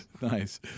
nice